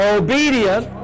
obedient